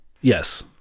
Yes